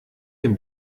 den